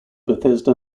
bethesda